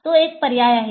तो एक पर्याय आहे